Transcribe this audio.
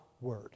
Word